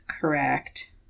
correct